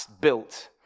built